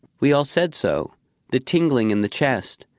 we all said so the tingling in the chest.